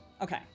Okay